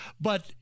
But-